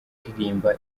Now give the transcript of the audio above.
aririmba